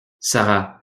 sara